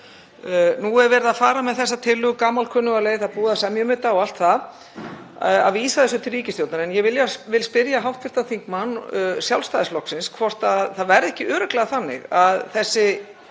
Nú er verið að fara með þessa tillögu gamalkunnuga leið, það er búið að semja um þetta og allt það, að vísa þessu til ríkisstjórnarinnar. Ég vil spyrja hv. þm. Sjálfstæðisflokksins hvort það verði ekki örugglega þannig að þessi